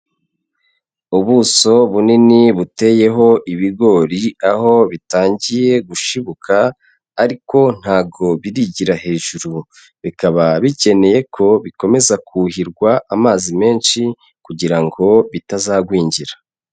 Ubuso bunini buteyeho ibigori aho bitangiye gushibuka ariko ntago birigira hejuru, bikaba bikeneye ko bikomeza kuhirwa amazi menshi kugira ngo bitazagwingira.